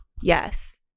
Yes